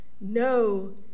no